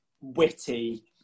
witty